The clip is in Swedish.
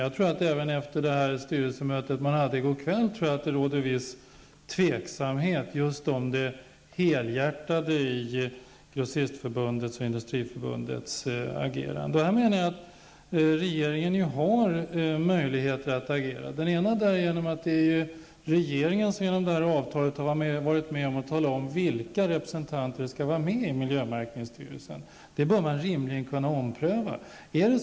Jag tror att det även efter styrelsemötet i går kväll råder viss tveksamhet just beträffande det helhjärtade i Grossistförbundets och Industriförbundets agerande. Men också regeringen har möjligheter att agera. Regeringen har ju genom detta avtal varit med om att tala om vilka representanter som skall vara med i miljömärkningsstyrelsen. Det bör man rimligen kunna ompröva.